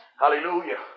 hallelujah